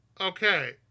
Okay